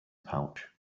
pouch